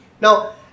Now